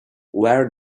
where